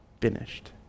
finished